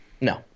No